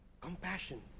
Compassion